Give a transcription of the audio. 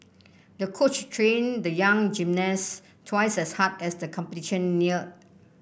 the coach trained the young gymnast twice as hard as the competition neared